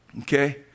Okay